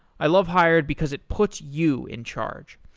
i love hired because it puts you in charge.